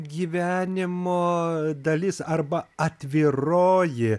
gyvenimo dalis arba atviroji